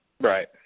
Right